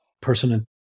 person